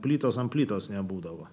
plytos ant plytos nebūdavo